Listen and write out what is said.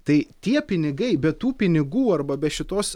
tai tie pinigai be tų pinigų arba be šitos